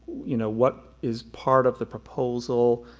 you know, what is part of the proposal,